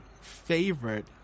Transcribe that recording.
favorite